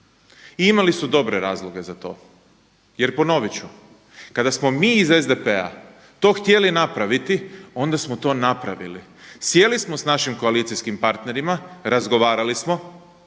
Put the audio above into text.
i imali su dobre razloge za to. Jer ponoviti ću, kada smo mi iz SDP-a to htjeli napraviti onda smo to napravili. Sjeli smo sa našim koalicijskim partnerima, razgovarali smo